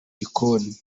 gikoni